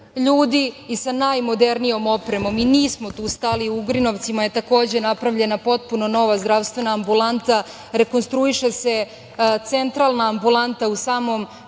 ljudi i sa najmodernijom opremom. Nismo tu stali. U Ugrinovcima je takođe napravljena potpuno nova zdravstvena ambulanta, rekonstruiše se centralna ambulanta u samom